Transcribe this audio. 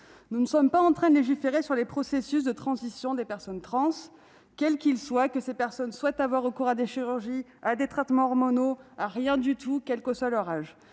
Nous ne sommes pas non plus en train de légiférer sur les processus de transition des personnes trans, que ces dernières souhaitent avoir recours à des chirurgies, à des traitements hormonaux ou à rien du tout, et cela quel que soit leur âge.